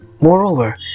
Moreover